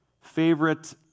favorite